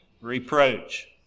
reproach